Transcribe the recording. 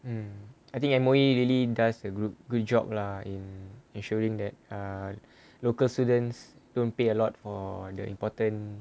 mm I think M_O_E really does a good job lah in ensuring that uh local students don't pay a lot for the important